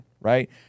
right